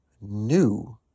new